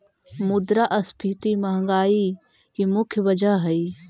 मुद्रास्फीति महंगाई की मुख्य वजह हई